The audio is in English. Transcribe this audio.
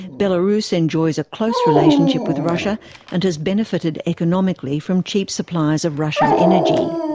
belarus enjoys a close relationship with russia and has benefitted economically from cheap supplies of russian energy.